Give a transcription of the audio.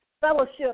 fellowship